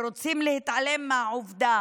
ורוצים להתעלם מהעובדה